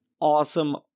Awesome